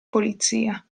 polizia